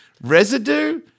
residue